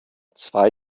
zwei